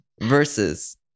Versus